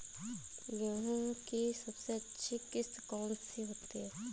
गेहूँ की सबसे अच्छी किश्त कौन सी होती है?